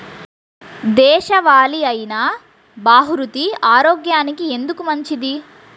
దేశవాలి అయినా బహ్రూతి ఆరోగ్యానికి ఎందుకు మంచిది?